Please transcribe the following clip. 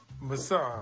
Massage